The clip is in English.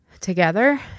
together